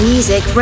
Music